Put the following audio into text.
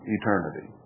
eternity